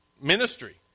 ministry